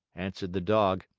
answered the dog.